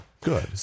Good